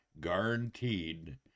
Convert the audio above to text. guaranteed